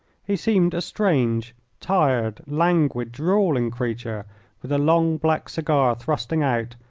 he seemed a strange, tired, languid, drawling creature with a long black cigar thrusting out,